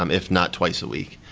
um if not twice a week.